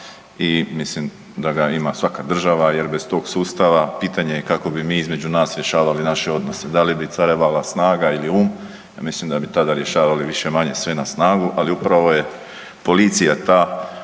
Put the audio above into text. i mislim da ga ima svaka država jer bez tog sustava pitanje je kako bi mi između nas rješavali naše odnose, da li bi carevala snaga ili um. Mislim da bi tada rješavali više-manje sve na snagu. Ali upravo je policija ta